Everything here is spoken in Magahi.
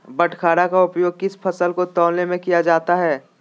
बाटखरा का उपयोग किस फसल को तौलने में किया जाता है?